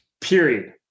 Period